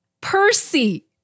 Percy